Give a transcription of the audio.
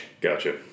Gotcha